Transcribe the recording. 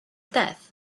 death